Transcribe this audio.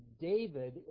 David